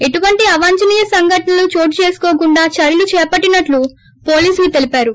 ఎటువంటి అవాంఛనీయ సంఘటనలు చోటు చేసుకోకుండా చర్యలు చేపట్టినట్లు పోలీసులు తెలిపారు